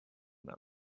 them